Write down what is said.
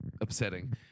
upsetting